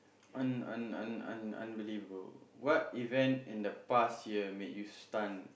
un~ un~ un~ un~ unbelievable what event in the past year made you stun